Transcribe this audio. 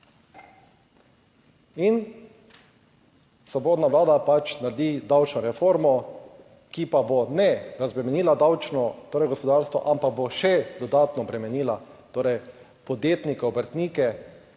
In svobodna vlada pač naredi davčno reformo, ki pa bo, ne razbremenila gospodarstvo, ampak bo še dodatno obremenila torej podjetnike, obrtnike,